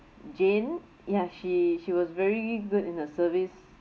jane ya she she was very good in the service